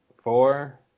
four